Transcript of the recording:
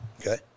Okay